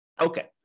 Okay